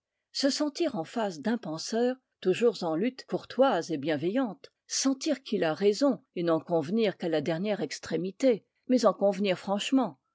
se sentir en face d'un penseur toujours en lutte courtoise et bienveillante sentir qu'il a raison et n'en convenir qu'à la dernière extrémité mais en convenir franchement